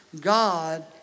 God